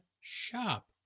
shop